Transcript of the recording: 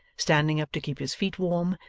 standing up to keep his feet warm,